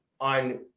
on